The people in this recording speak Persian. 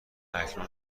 اکنون